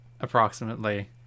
approximately